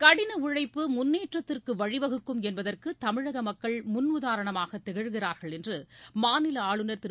கடின உழைப்பு முன்னேற்றத்திற்கு வழிவகுக்கும் என்பதற்கு தமிழக மக்கள் முன்னுதாரணமாக திகழ்கிறார்கள் என்று மாநில ஆளுநர் திரு